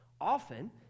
Often